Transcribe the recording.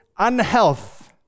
Unhealth